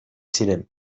ziren